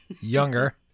younger